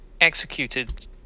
executed